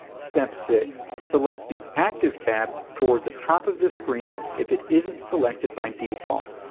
step six. select the active tab toward the top of this screen if it isn't selected by default.